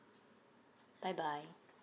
bye bye